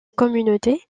communauté